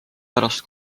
pärast